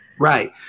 Right